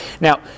Now